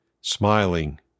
smiling